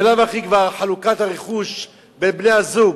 בלאו הכי כבר חלוקת הרכוש בין בני-הזוג,